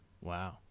Wow